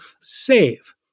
save